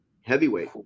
heavyweight